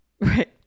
Right